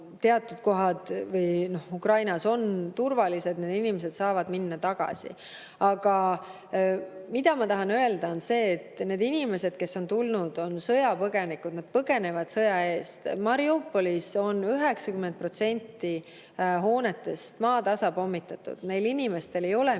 teatud kohad Ukrainas on turvalised, siis need inimesed saavad minna tagasi. Aga ma tahan öelda, et need inimesed, kes on siia tulnud, on sõjapõgenikud, nad põgenevad sõja eest. Mariupolis on 90% hoonetest maatasa pommitatud, neil inimestel ei ole mitte